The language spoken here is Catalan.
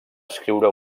escriure